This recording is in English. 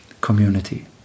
community